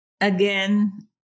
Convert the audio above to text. Again